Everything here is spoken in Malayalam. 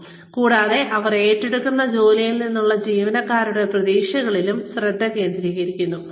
കൂടാതെ കൂടാതെ അവർ ഏറ്റെടുക്കുന്ന ജോലിയിൽ നിന്നുള്ള ജീവനക്കാരുടെ പ്രതീക്ഷകളിലും ശ്രദ്ധ കേന്ദ്രീകരിക്കുന്നു